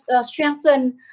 strengthen